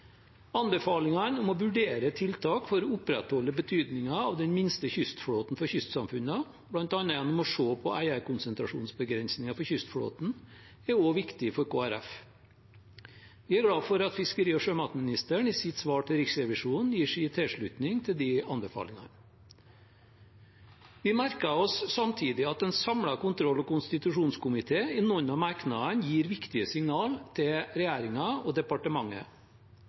Anbefalingene om å vurdere tiltak for å opprettholde betydningen av den minste kystflåten for kystsamfunnene, bl.a. gjennom å se på eierkonsentrasjonsbegrensninger for kystflåten, er også viktig for Kristelig Folkeparti. Vi er glad for at fiskeri- og sjømatministeren i sitt svar til Riksrevisjonen gir sin tilslutning til de anbefalingene. Vi merker oss samtidig at en samlet kontroll- og konstitusjonskomité i noen av merknadene gir viktige signal til regjeringen og departementet.